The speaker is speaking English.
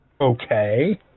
Okay